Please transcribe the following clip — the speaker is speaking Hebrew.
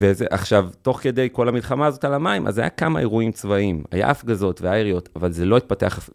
וזה-עכשיו, תוך כדי כל המלחמה הזאת על המים, אז היה כמה אירועים צבאיים. היה הפגזות, והיה יריות, אבל זה לא התפתח אפ-